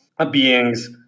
beings